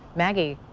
maggie.